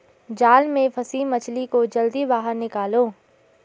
जाल में फसी मछली को जल्दी बाहर निकालो